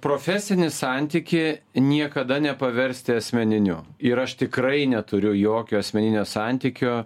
profesinį santykį niekada nepaversti asmeniniu ir aš tikrai neturiu jokio asmeninio santykio